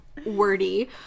wordy